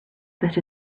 that